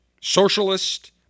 Socialist